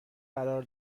قرار